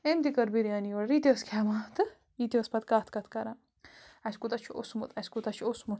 أمۍ تہِ کٔر بِریانی آرڈَر یہِ تہِ ٲس کھٮ۪وان تہٕ یہِ تہِ ٲس پَتہٕ کَتھ کَتھ کَران اَسہِ کوٗتاہ چھِ اوٚسمُت اَسہِ کوٗتاہ چھِ اوٚسمُت